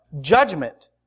judgment